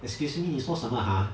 excuse me 你说什么 ha